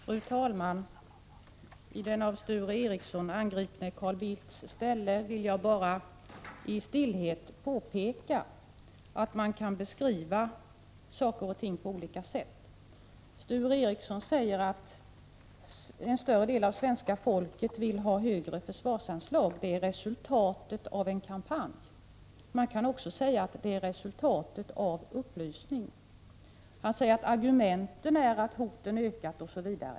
Fru talman! I den av Sture Ericson angripne Carl Bildts ställe vill jag bara stillsamt påpeka att man kan beskriva saker och ting på olika sätt. Sture Ericson säger att en större del av svenska folket vill ha högre försvarsanslag men att detta är resultatet av en kampanj. Man kan också säga att det är resultatet av upplysning. Han säger att argumenten är att hoten ökat, osv.